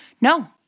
No